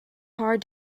hard